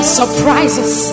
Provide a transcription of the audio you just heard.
surprises